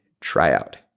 tryout